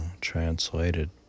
translated